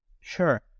Sure